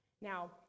Now